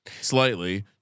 slightly